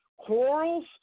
corals